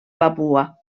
papua